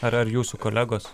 ar ar jūsų kolegos